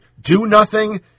do-nothing